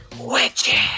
Witches